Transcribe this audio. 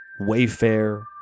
Wayfair